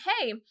hey